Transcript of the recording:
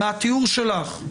מהתיאור שלך,